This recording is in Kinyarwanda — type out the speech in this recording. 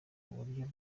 buryo